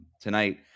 tonight